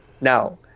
Now